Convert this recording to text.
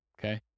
okay